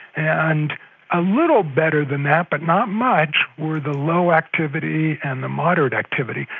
and a little better than that but not much were the low activity and the moderate activity.